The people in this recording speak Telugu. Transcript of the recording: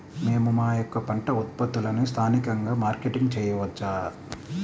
మేము మా యొక్క పంట ఉత్పత్తులని స్థానికంగా మార్కెటింగ్ చేయవచ్చా?